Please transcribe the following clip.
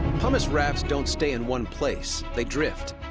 pumice rafts don't stay in one place. they drift.